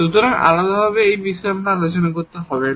সুতরাং আমাদের আলাদাভাবে এই বিষয়ে আলোচনা করতে হবে না